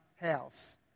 house